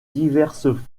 diverses